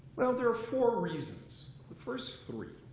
well, there are four reasons. the first three,